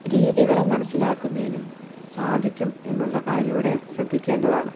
രീതികളും മനസ്സിലാക്കുന്നതിനും സാധിക്കും എന്നുള്ള കാര്യംകൂടി ശ്രദ്ധിക്കേണ്ടതാണ്